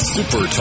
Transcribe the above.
Super